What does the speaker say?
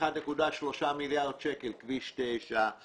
1.3 מיליארד שקלים כביש 9,